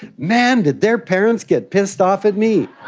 man, did their parents get pissed off at me!